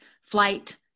flight